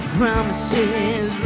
promises